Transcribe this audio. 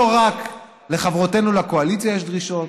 לא רק לחברותינו לקואליציה יש דרישות.